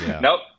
Nope